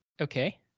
okay